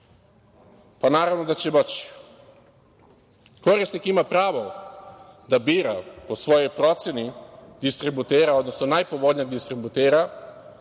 Pa, naravno da će moći. Korisnik ima pravo da bira po svojoj proceni distributera, odnosno najpovoljnijeg distributera